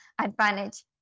advantage